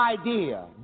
idea